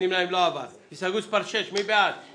לא נתקבלה ותעלה למליאה כהסתייגות לקריאה שנייה ולקריאה שלישית.